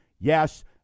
Yes